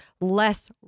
less